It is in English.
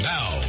Now